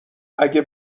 اگه